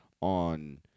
on